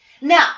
Now